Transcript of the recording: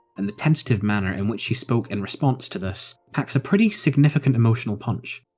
and the tentative manner in which she spoke in response to this packs a pretty significant emotional punch.